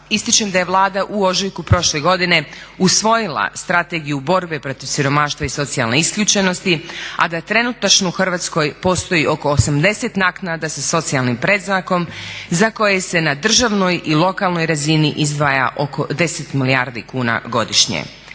ističem da je Vlada u ožujku prošle godine usvojila Strategiju borbe protiv siromaštva i socijalne isključenosti, a da trenutačno u Hrvatskoj postoji oko 80 naknada sa socijalnim predznakom za koje se na državnoj i lokalnoj razini izdvaja oko 10 milijardi kuna godišnje.